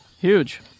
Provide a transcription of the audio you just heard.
Huge